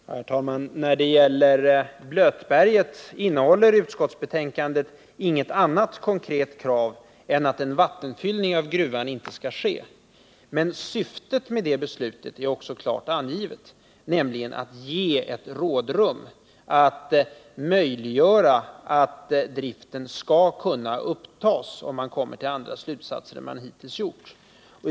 Herr talman! När det gäller gruvan i Blötberget innehåller utskottsbetänkandet inget annat konkret krav än att en vattenfyllning av gruvan inte skall ske. Men också syftet med det förslaget är klart angivet, nämligen att ge ett rådrum, som möjliggör att driften kan upptas om man kommer fram till andra slutsatser än dem som man hittills dragit.